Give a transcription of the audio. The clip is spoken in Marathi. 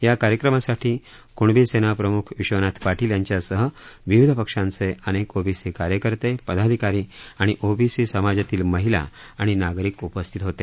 या कार्यक्रमासाठी कृणबी सेना प्रमुख विश्वनाथ पाटील यांच्यासह विविध पक्षांचे अनेक ओबीसी कार्यकर्ते पदाधिकारी आणि ओबीसी समाजातील महिला आणि नागरिक उपस्थित होते